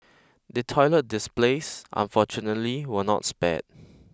the toilet displays unfortunately were not spared